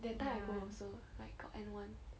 that time I go also like got N one